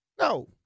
No